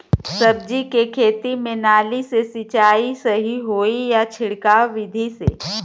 सब्जी के खेती में नाली से सिचाई सही होई या छिड़काव बिधि से?